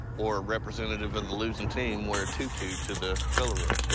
or a representative of the losing team, wear a tutu to the color run.